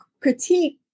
critique